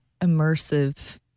immersive